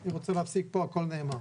אני רוצה להפסיק פה, הכל נאמר.